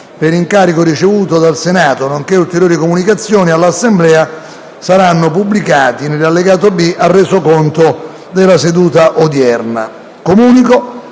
per incarico ricevuto dal Senato, nonché ulteriori comunicazioni all'Assemblea saranno pubblicati nell'allegato B al Resoconto della seduta odierna.